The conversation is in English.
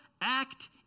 act